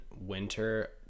winter